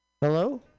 hello